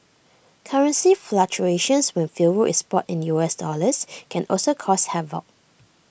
currency fluctuations when fuel is bought in U S dollars can also cause havoc